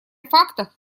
фактах